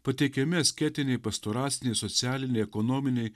pateikiami asketiniai pastoraciniai socialiniai ekonominiai